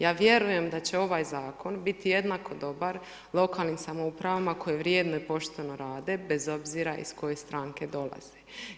Ja vjerujem da će ovaj zakon biti jednako dobar lokalnim samoupravama koje vjerno i pošteno rade, bez obzira iz koje stranke dolaze.